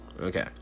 okay